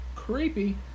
creepy